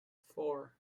four